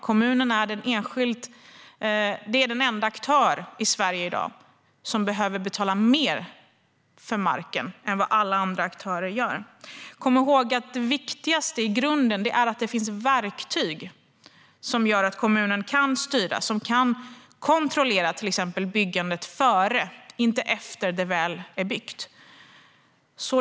Kommunerna är den aktör i Sverige i dag som behöver betala mer för marken än alla andra aktörer. Kom ihåg att det i grunden viktigaste är att det finns verktyg som gör att kommunen kan styra och kontrollera byggandet i förväg - inte i efterhand, när det väl är byggt.